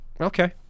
okay